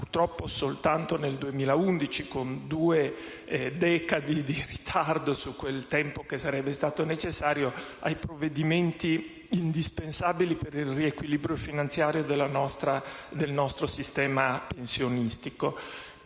purtroppo, soltanto nel 2011, con due decadi di ritardo rispetto al tempo che sarebbe stato necessario, ai provvedimenti indispensabili per il riequilibrio finanziario del nostro sistema pensionistico.